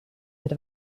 het